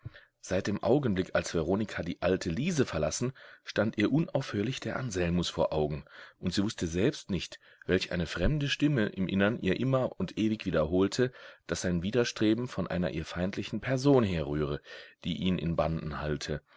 seit dem augenblick als veronika die alte liese verlassen stand ihr unaufhörlich der anselmus vor augen und sie wußte selbst nicht welch eine fremde stimme im innern ihr immer und ewig wiederholte daß sein widerstreben von einer ihr feindlichen person herrühre die ihn in banden halte